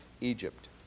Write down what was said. Egypt